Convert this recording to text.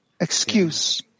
excuse